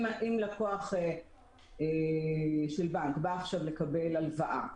אם לקוח של בנק בא עכשיו לקבל הלוואה,